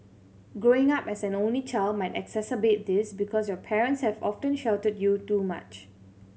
growing up as an only child might exacerbate this because your parents have often sheltered you too much